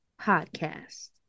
Podcast